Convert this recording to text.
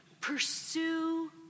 Pursue